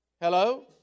Hello